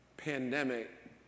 pandemic